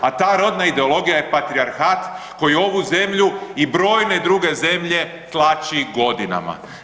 A ta rodna ideologija je patrijarhat koji ovu zemlju i brojne druge zemlje tlači godinama.